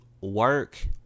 work